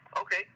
Okay